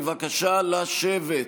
בבקשה לשבת.